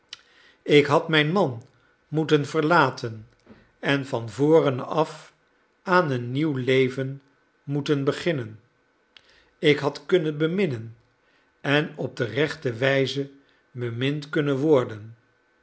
ik had mijn man moeten verlaten en van voren af aan een nieuw leven moeten beginnen ik had kunnen beminnen en op de rechte wijze bemind kunnen worden